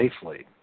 safely